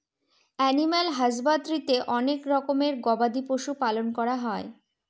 animal হাসবাদরীতে অনেক গবাদি পশুদের পালন করা হয়